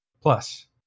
Plus